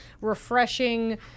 refreshing